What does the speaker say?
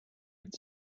its